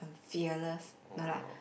fearless no lah